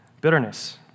bitterness